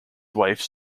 wife